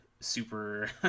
super